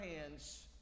hands